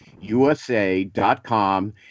U-S-A.com